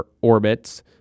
orbits